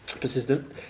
Persistent